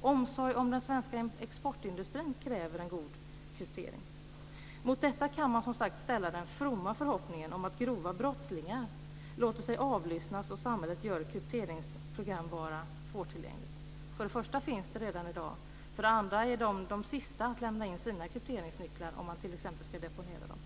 Omsorgen om den svenska exportindustrin kräver en god kryptering. Mot detta kan man som sagt ställa den fromma förhoppningen om att grova brottslingar låter sig avlyssnas om samhället gör krypteringsprogramvara svårtillgänglig. För det första finns detta redan i dag. För det andra är brottslingarna de sista att lämna in sina krypteringsnycklar, om man t.ex. ska deponera dem.